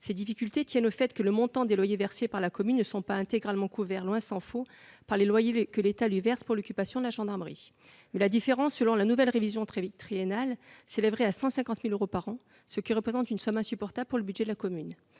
Ces difficultés tiennent au fait que le montant des loyers versés par la commune n'est pas intégralement couvert, tant s'en faut, par celui des loyers que l'État lui verse pour l'occupation de la gendarmerie. La différence, selon la nouvelle révision triennale, s'élèverait à 150 000 euros par an, ce qui représente une somme insupportable pour le budget de la commune.